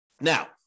Now